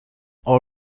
all